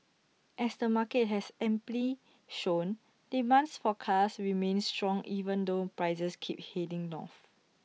as the market has amply shown demands for cars remains strong even though prices keep heading north